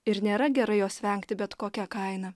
ir nėra gerai jos vengti bet kokia kaina